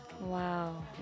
Wow